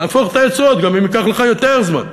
תהפוך את היוצרות, גם אם ייקח לך יותר זמן.